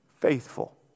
faithful